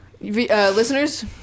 Listeners